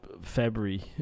february